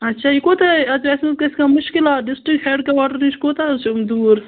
اَچھا یہِ کوٗتاہ اَتہِ ٲس نہٕ کٲنٛسہِ کانٛہہ مُشکِلات ڈِسٹِرٛک ہٮ۪ڈ کٔواٹَر نِش کوٗتاہ حظ چھِ یِم دوٗر